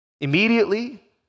Immediately